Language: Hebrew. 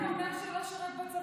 למה אתה אומר שהוא לא שירת בצבא?